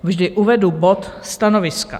Vždy uvedu bod stanoviska.